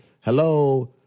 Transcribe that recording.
hello